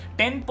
10%